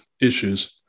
issues